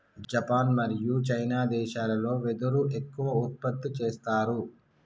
Japan మరియు China దేశాలల్లో వెదురు ఎక్కువ ఉత్పత్తి చేస్తారు